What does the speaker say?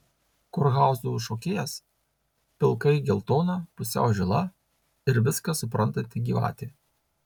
kurhauzų šokėjas pilkai geltona pusiau žila ir viską suprantanti gyvatė